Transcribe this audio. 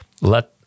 let